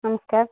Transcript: ନମସ୍କାର